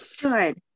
Good